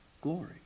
Glory